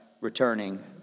returning